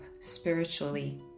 spiritually